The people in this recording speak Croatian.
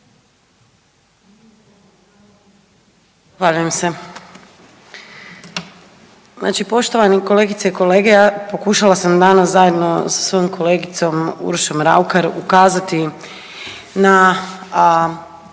se. Znači poštovane kolegice i kolege, pokušala sam zajedno sa svojom kolegicom Uršom Raukar ukazati na